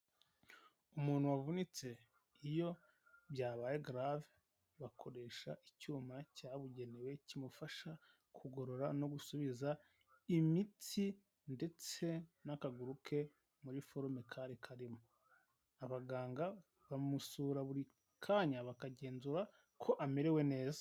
Umuntu wavunitse iyo byabaye grave bakoresha icyuma cyabugenewe kimufasha kugorora no gusubiza imitsi ndetse n'akaguru ke muri forume kari karimo, abaganga bamusura buri kanya bakagenzura ko amerewe neza.